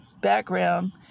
background